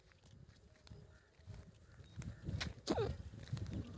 एक खाता में केतना तक जमा राईख सके छिए?